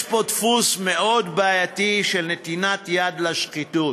יש פה דפוס מאוד בעייתי של נתינת יד לשחיתות.